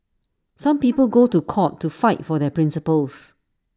some people go to court to fight for their principles